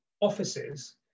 offices